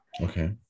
Okay